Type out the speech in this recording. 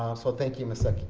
um so thank you, ms. seki,